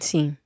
Sim